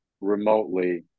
remotely